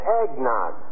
eggnog